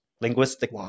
Linguistic